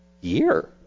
year